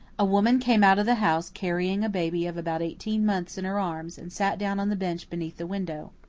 a woman came out of the house carrying a baby of about eighteen months in her arms, and sat down on the bench beneath the window.